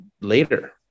later